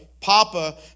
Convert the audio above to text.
Papa